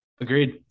Agreed